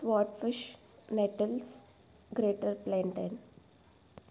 swat fish nettles greater plantain